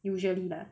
usually lah